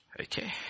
Okay